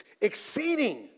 exceeding